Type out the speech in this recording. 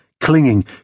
clinging